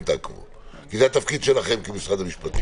תעקבו כי זה התפקיד שלכם כמשרד המשפטים.